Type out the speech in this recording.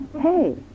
Hey